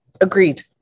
Agreed